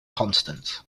constants